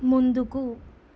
ముందుకు